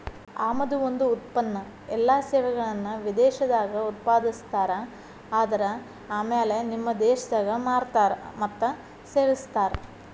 ಆಮದು ಒಂದ ಉತ್ಪನ್ನ ಎಲ್ಲಾ ಸೇವೆಯನ್ನ ವಿದೇಶದಾಗ್ ಉತ್ಪಾದಿಸ್ತಾರ ಆದರ ಆಮ್ಯಾಲೆ ನಿಮ್ಮ ದೇಶದಾಗ್ ಮಾರ್ತಾರ್ ಮತ್ತ ಸೇವಿಸ್ತಾರ್